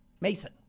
Mason